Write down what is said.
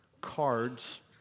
cards